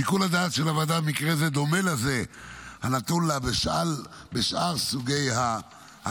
שיקול הדעת של הוועדה במקרה זה דומה לזה הנתון לה בשאר סוגי ההקלות,